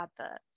adverts